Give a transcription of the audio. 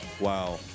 Wow